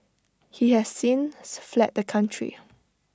he has since fled the country